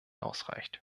ausreicht